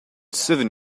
seven